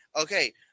Okay